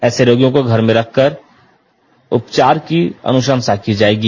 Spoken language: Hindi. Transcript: ऐसे रोगियों को घर में अलग रखकर उपचार की अनुशंसा की जाएगी